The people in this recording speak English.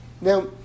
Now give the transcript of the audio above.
Now